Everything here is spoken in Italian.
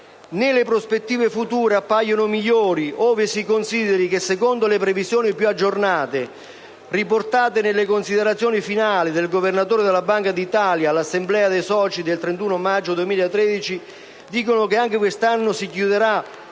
Né le prospettive future appaiono migliori ove si consideri che, secondo le previsioni più aggiornate, riportate nelle considerazioni finali del Governatore della Banca d'Italia all'assemblea dei soci del 31 maggio 2013, anche quest'anno si chiuderà